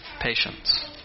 patience